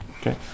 Okay